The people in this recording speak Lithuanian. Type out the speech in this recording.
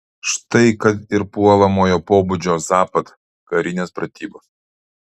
štai kad ir puolamojo pobūdžio zapad karinės pratybos